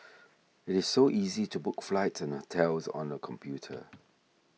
it is so easy to book flights and hotels on the computer